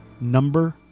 Number